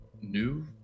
new